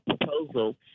proposal